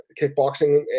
kickboxing